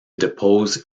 deposed